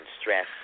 stress